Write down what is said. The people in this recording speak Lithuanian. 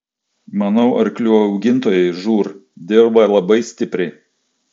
manau arklių augintojai žūr dirba labai stipriai